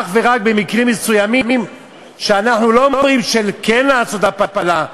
אך ורק במקרים מסוימים שאנחנו לא אומרים כן לעשות הפלה,